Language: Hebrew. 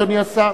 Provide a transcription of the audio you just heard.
אדוני השר,